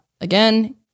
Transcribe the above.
Again